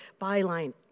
byline